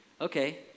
Okay